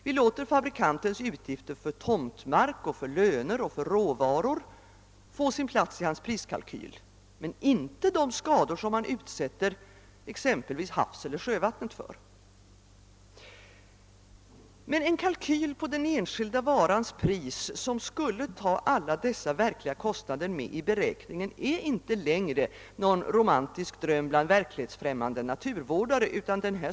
Vi låter fabrikantens utgifter för tomtmark, löner och råvaror få sin plats i dennes priskalkyl men däremot inte kostnaderna för de skador han exempelvis utsätter havseller sjövattnet för. En kalkyl över den enskilda varans pris, som skulle innefatta alla dessa verkliga kostnader, är inte längre någon romantisk dröm bland verklighetsfrämmande naturvårdare.